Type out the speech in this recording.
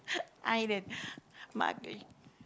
idol Mark-Lee